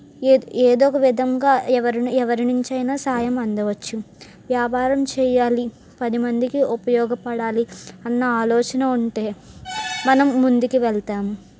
ఏద ఏదొక విధంగా ఎవరిని ఎవరి నుంచి అయినా సాయం అందవచ్చు వ్యాపారం చెయ్యాలి పదిమందికి ఉపయోగపడాలి అన్న ఆలోచన ఉంటే మనం ముందుకి వెళ్తాము